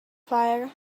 fire